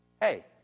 Hey